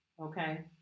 Okay